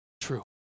true